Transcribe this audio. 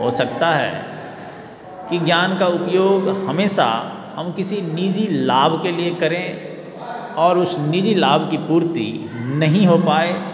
हो सकता है कि ज्ञान का उपयोग हमेशा हम किसी निज़ी लाभ के लिए करें और उस निज़ी लाभ की पूर्ति नहीं हो पाए